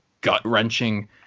gut-wrenching